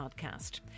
podcast